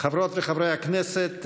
חברות וחברי הכנסת,